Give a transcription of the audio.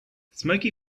smoky